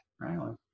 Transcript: right